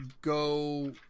go